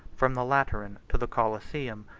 from the lateran to the coliseum,